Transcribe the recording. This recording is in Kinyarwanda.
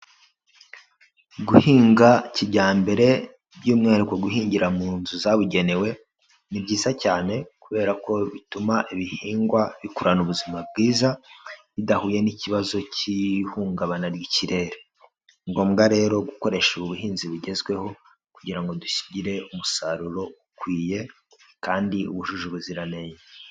Guhinga kijyambere by'umwihariko guhingira mu nzu zabugenewe, ni byiza cyane kubera ko bituma ibihingwa bikurana ubuzima bwiza bidahuye n'ikibazo cy'ihungabana ry'ikirere. Ni ngombwa rero gukoresha ubuhinzi bugezweho kugira ngo tugire umusaruro ukwiye kandi wujuje ubuziranenge.